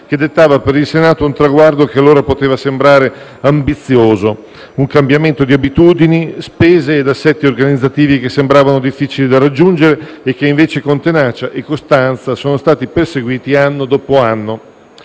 che dettava per il Senato un traguardo che allora poteva sembrare ambizioso: un cambiamento di abitudini, spese e assetti organizzativi che sembravano difficili da raggiungere e che invece, con tenacia e costanza, sono stati perseguiti anno dopo anno.